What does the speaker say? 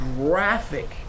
graphic